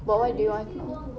but what do you want to eat